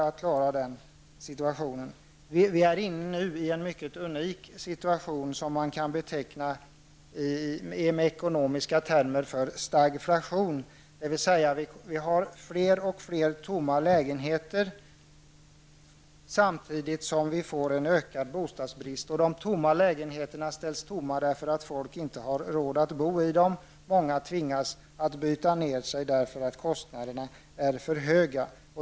Vi är inne i en mycket unik situation som man med ekonomiska termer kan beteckna som stagflation, dvs. vi har fler och fler tomma lägenheter samtidigt som vi får en ökad bostadsbrist. De tomma lägenheterna ställs tomma därför att vi inte har råd att bo i dem. Många tvingas att byta ner sig för att kostnaderna är för höga.